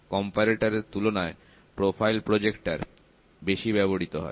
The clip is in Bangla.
কম্পারেটর তুলনায় প্রোফাইল প্রজেক্টর বেশি ব্যবহৃত হয়